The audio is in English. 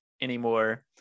anymore